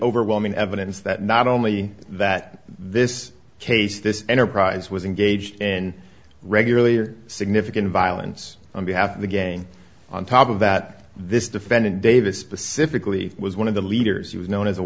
overwhelming evidence that not only that this case this enterprise was engaged in regularly or significant violence on behalf of the gang on top of that this defendant davis specifically was one of the leaders he was known as a